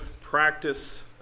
practice